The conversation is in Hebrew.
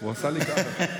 הוא הזהיר אותי.